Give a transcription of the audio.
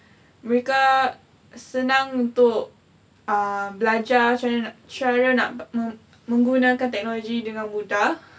mereka senang untuk uh belajar macam cara nak menggunakan teknologi dengan mudah